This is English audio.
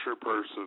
person